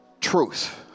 truth